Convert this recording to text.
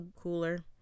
cooler